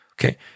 Okay